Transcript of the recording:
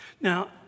Now